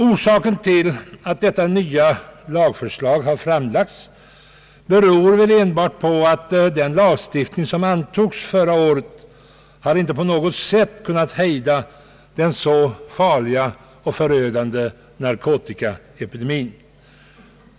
Orsaken till att detta nya lagförslag har framlagts är väl helt enkelt att den lag som antogs förra året inte på något sätt har kunnat hejda den farliga och förödande narkotikaepidemin.